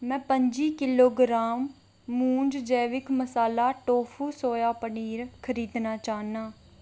में पंजी किलोग्राम मूज़ जैविक मसाला टोफू सोया पनीर खरीदना चाह्न्नां